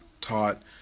taught